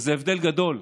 וזה ההבדל גדול.